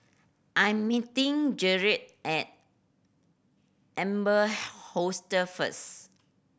I am meeting Jerrad at Amber Hostel first